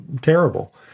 terrible